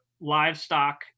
livestock